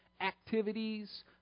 activities